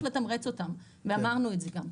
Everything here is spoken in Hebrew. אני חושבת שצריך לתמרץ אותם ואמרנו את זה גם.